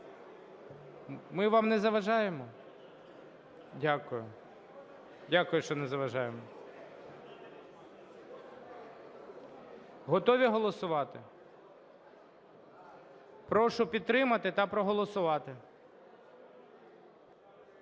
Ми вам не заважаємо? Дякую, дякую, що не заважаємо. Готові голосувати? Прошу підтримати та проголосувати.